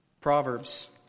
Proverbs